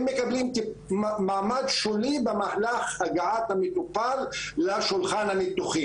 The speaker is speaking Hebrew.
מקבלים מעמד שולי במהלך הגעת המטופל לשולחן הניתוחים.